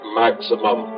maximum